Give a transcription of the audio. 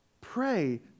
Pray